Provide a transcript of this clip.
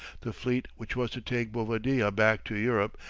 the fleet which was to take bovadilla back to europe,